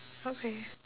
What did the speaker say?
okay